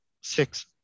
six